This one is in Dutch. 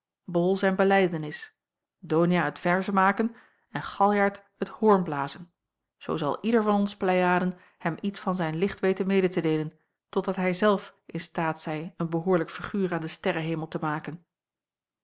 bol zijn belijdenis donia het verzenmaken en galjart het hoornblazen zoo zal ieder van ons pleiaden hem iets van zijn licht weten mede te deelen totdat hij zelf in staat zij een behoorlijk figuur aan den sterrenhemel te maken